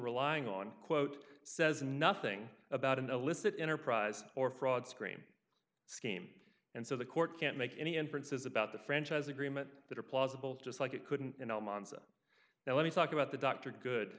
relying on quote says nothing about an illicit enterprise or fraud scream scheme and so the court can't make any inferences about the franchise agreement that are plausible just like it couldn't you know monza now let me talk about the dr good